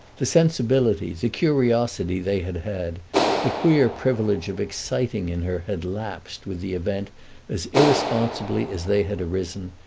the sensibility, the curiosity they had had the queer privilege of exciting in her had lapsed with the event as irresponsibly as they had arisen,